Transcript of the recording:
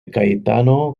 cayetano